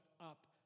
up